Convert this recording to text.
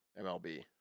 MLB